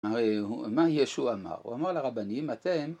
מה ישו אמר? הוא אמר לרבנים אתם